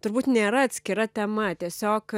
turbūt nėra atskira tema tiesiog